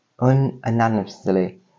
unanimously